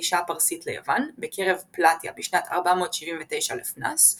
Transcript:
הפלישה הפרסית ליוון בקרב פלטאיה בשנת 479 לפנה"ס,